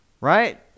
Right